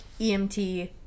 EMT